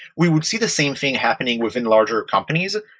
we would see the same thing happening within larger companies,